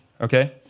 okay